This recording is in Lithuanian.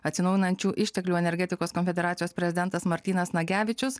atsinaujinančių išteklių energetikos konfederacijos prezidentas martynas nagevičius